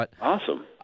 Awesome